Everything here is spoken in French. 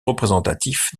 représentatifs